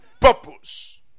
Purpose